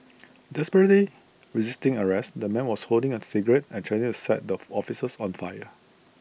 desperately resisting arrest the man was holding A cigarette and threatening to set the officers on fire